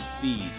fees